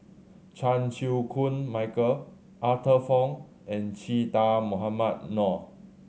Chan Chew Koon Michael Arthur Fong and Che Dah Mohamed Noor